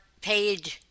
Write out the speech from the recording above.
paid